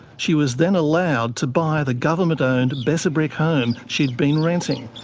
she was then allowed to buy the government-owned besser brick home she'd been renting.